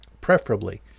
preferably